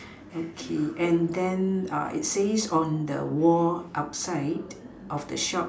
okay and then it says on the wall outside of the shop